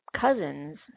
cousins